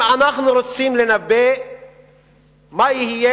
אם אנחנו רוצים לנבא מה יהיה